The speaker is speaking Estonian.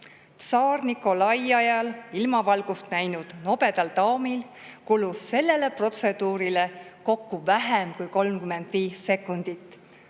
Tsaar Nikolai ajal ilmavalgust näinud nobedal daamil kulus sellele protseduurile kokku vähem kui 35 sekundit.